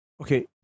Okay